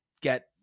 get